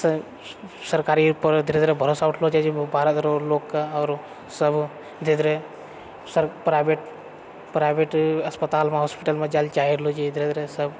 सँ सरकारी पर धीरे धीरे भरोसा उठलो जाइत छै लोककेँ आओर सब जाइत रहए सब प्राइवेट प्राइवेट अस्पतालमे हॉस्पिटलमे जाए लऽ चाहि रहलो छै धीरे धीरे सब